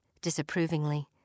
disapprovingly